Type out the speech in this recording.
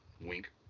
Wink